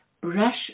brush